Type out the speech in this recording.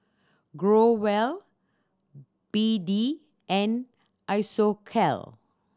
Growell B D and Isocal